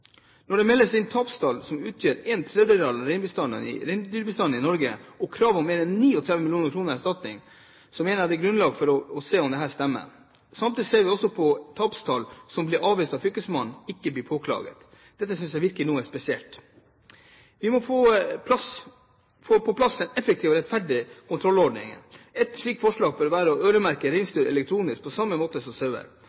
Når det meldes inn tapstall som utgjør en tredjedel av reinsdyrbestanden i Norge, og krav om mer enn 39 mill. kr i erstatning, mener jeg det er grunnlag for å se om dette stemmer. Samtidig ser vi også at tapstall som blir avvist av fylkesmannen, ikke blir påklaget. Det synes jeg virker noe spesielt. Vi må få på plass effektive og rettferdige kontrollordninger. Et slikt forslag bør være å øremerke